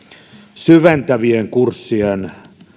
syventävien kurssien